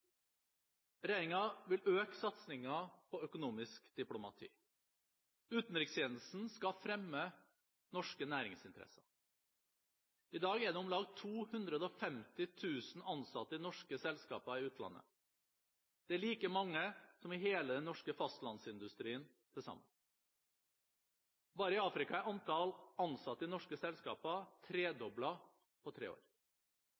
vil øke satsingen på økonomisk diplomati. Utenrikstjenesten skal fremme norske næringsinteresser. I dag er det om lag 250 000 ansatte i norske selskaper i utlandet. Det er like mange som i hele den norske fastlandsindustrien til sammen. Bare i Afrika er antall ansatte i norske selskaper tredoblet på tre år.